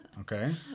Okay